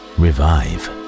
revive